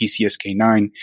PCSK9